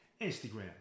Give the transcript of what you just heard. Instagram